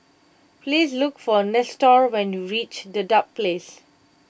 please look for Nestor when you reach Dedap Place